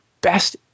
best